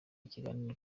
ikiganiro